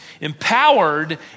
empowered